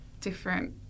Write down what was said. different